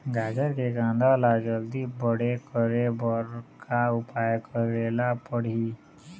गाजर के कांदा ला जल्दी बड़े करे बर का उपाय करेला पढ़िही?